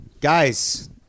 Guys